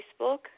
Facebook